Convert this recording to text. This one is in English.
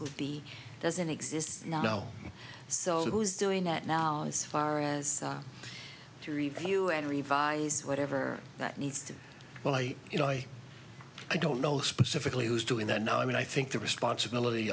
he doesn't exist now so who is doing that now as far as to review and revise whatever that needs to be well i you know i i don't know specifically who's doing that now i mean i think the responsibility